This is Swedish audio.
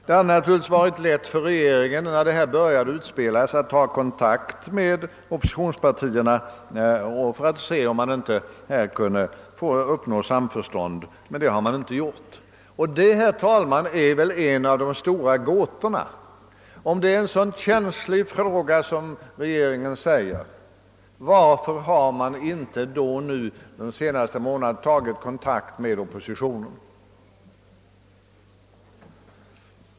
Det hade naturligtvis varit lätt för regeringen att när detta började utspelas ta kontakt med oppositionspartierna för att se om det inte kunde uppnås samförstånd, men det har man inte gjort. Detta är väl, herr talman, en av de stora gåtorna. Om det, såsom regeringen uppger, är ett så känsligt problem, frågar man sig varför det under de senaste månaderna inte tagits kontakt med oppositionen.